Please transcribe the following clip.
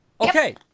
Okay